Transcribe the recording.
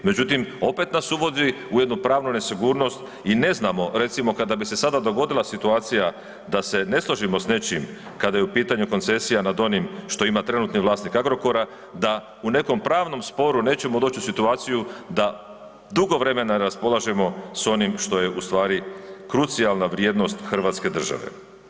Međutim, opet nas uvodi u jednu pravnu nesigurnost i ne znamo, recimo, kada bi se sada dogodila situacija, da se ne složimo s nečim, kada je u pitanju koncesija nad onim što ima trenutni vlasnik Agrokora, da u nekom pravnom sporu nećemo doći u situaciju da dugo vremena raspolažemo s onim što je ustvari krucijalna vrijednost hrvatske države.